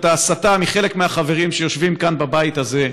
ההסתה מחלק מהחברים שיושבים כאן בבית הזה.